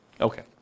Okay